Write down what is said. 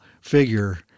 figure